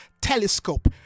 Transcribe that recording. telescope